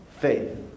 faith